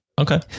okay